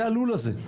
זה הלול הזה.